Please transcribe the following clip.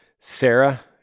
Sarah